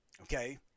okay